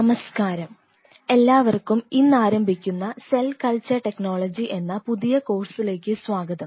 നമസ്കാരം എല്ലാവർക്കും ഇന്നാരംഭിക്കുന്ന സെൽ കൾച്ചർ ടെക്നോളജി എന്ന പുതിയ കോഴ്സിലേക്ക് സ്വാഗതം